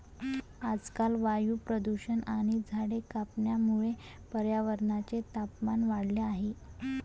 आजकाल वायू प्रदूषण आणि झाडे कापण्यामुळे पर्यावरणाचे तापमान वाढले आहे